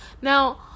now